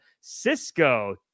cisco